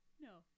No